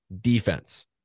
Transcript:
defense